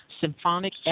symphonic